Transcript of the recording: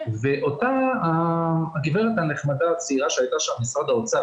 ואותה הגברת הנחמדה הצעירה שהייתה שם ממשרד האוצר,